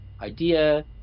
idea